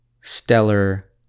Stellar